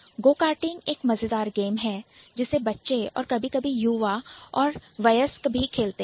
गो karting एक मजेदार game है जिसे बच्चे और कभी कभी युवा और वयस्क भी खेलते हैं